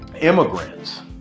immigrants